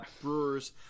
brewers